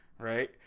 right